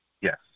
Yes